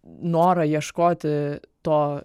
norą ieškoti to